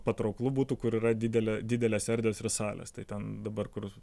patrauklu būtų kur yra didelė didelės erdvės ir salės tai ten dabar kur